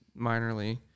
minorly